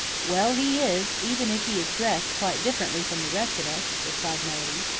well, he is, even if he is dressed quite differently from the rest of us, replied melody.